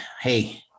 hey